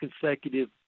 consecutive